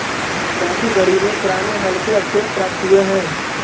राखीगढ़ी में पुराने हल के अवशेष प्राप्त हुए हैं